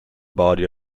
body